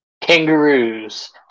Kangaroos